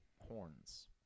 horns